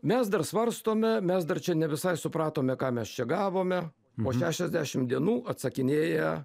mes dar svarstome mes dar čia ne visai supratome ką mes čia gavome po šešiasdešim dienų atsakinėja